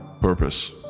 purpose